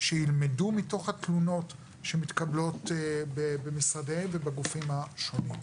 שילמדו מתוך התלונות שמתקבלות במשרדיהם ובגופים השונים.